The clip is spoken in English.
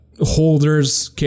holders